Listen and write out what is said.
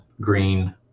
green